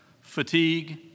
fatigue